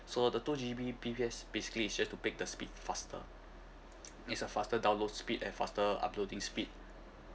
so the two G_B_P_S basically it just to pay the speed faster it's a faster download speed and faster uploading speed